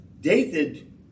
David